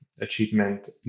Achievement